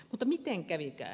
mutta miten kävikään